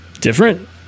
different